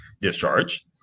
discharge